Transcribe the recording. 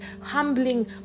humbling